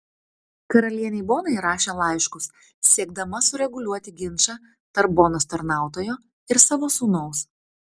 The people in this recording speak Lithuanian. karalienei bonai rašė laiškus siekdama sureguliuoti ginčą tarp bonos tarnautojo ir savo sūnaus